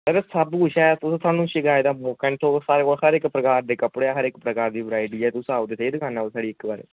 वीरै सबकुछ ऐ थुहानू शकैत दा मौका निं थ्होग हर इक्क प्रकार दे कपड़े हर इक्क इक्क प्रकार दी वैरायटी आओ ते स्हेई साढ़ी दुकान उप्पर इक्क बारी